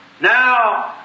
Now